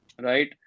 right